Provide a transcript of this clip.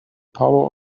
power